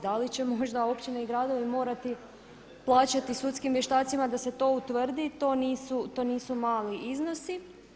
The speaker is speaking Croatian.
Da li će možda općine i gradovi morati plaćati sudskim vještacima da se to utvrdi, to nisu mali iznosi.